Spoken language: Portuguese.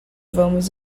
vamos